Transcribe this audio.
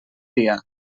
dia